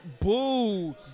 boo